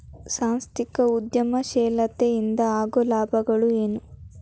ಸಾಂಸ್ಥಿಕ ಉದ್ಯಮಶೇಲತೆ ಇಂದ ಆಗೋ ಲಾಭಗಳ ಏನು